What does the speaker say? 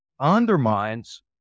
undermines